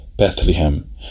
Bethlehem